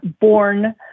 born